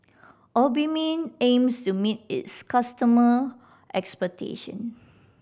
Obimin aims to meet its customer expectation